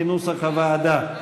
כנוסח הוועדה.